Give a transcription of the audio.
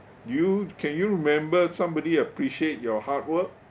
you can you remember somebody appreciate your hard work